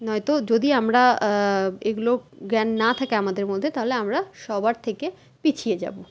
নয়তো যদি আমরা এইগুলো জ্ঞান না থাকে আমাদের মধ্যে তাহলে আমরা সবার থেকে পিছিয়ে যাব